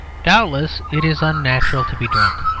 doubtless, it is unnatural to be drunk.